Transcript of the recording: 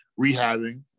rehabbing